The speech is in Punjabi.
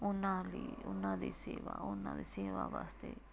ਉਹਨਾਂ ਲਈ ਉਹਨਾਂ ਦੀ ਸੇਵਾ ਉਹਨਾਂ ਦੀ ਸੇਵਾ ਵਾਸਤੇ